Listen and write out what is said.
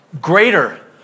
Greater